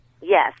Yes